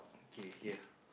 kay here